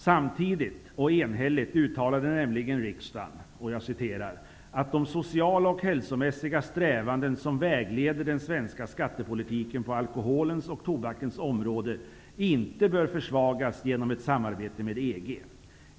Samtidigt, och enhälligt, uttalade nämligen riksdagen ''att de sociala och hälsomässiga strävanden som vägleder den svenska skattepolitiken på alkoholens och tobakens område inte bör försvagas genom ett samarbete med EG''.